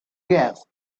gas